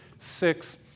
six